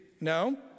no